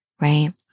right